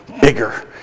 bigger